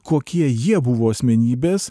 kokie jie buvo asmenybės